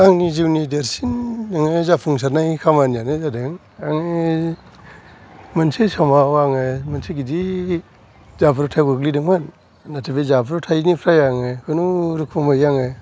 आंनि जिउनि देरसिन जाफुंसारनाय खामानियानो जादों आंनि मोनसे समाव आङो मोनसे गिदिर जाब्रबथायाव गोग्लैदोंमोन नाथाय बे जाब्रबथायनिफ्राय आङो खुनु रुखुमै आङो